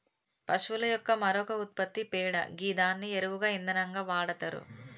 పశువుల యొక్క మరొక ఉత్పత్తి పేడ గిదాన్ని ఎరువుగా ఇంధనంగా వాడతరు